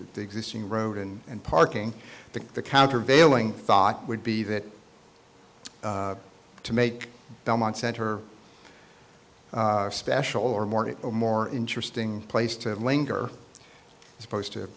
the existing road and parking the countervailing thought would be that to make belmont center special or more it a more interesting place to linger as opposed to